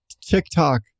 TikTok